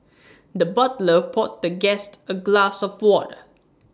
the butler poured the guest A glass of water